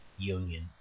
union